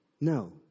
No